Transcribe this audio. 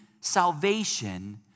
salvation